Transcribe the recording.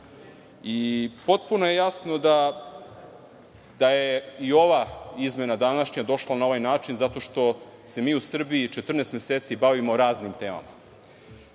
meseci. Potpuno je jasno da je i ova izmena današnja došla na ovaj način zato što se mi u Srbiji 14 meseci bavimo raznim temama,